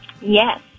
Yes